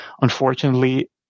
unfortunately